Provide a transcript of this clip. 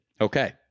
okay